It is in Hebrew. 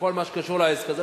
בכל מה שקשור לעסק הזה,